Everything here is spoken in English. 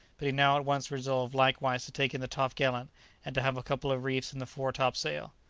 but he now at once resolved likewise to take in the top-gallant, and to have a couple of reefs in the foretop-sail.